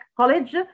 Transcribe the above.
College